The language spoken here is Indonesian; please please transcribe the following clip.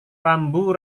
rambu